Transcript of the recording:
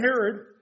Herod